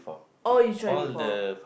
all you try before